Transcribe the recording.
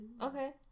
Okay